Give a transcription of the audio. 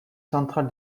central